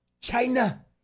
China